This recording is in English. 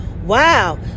Wow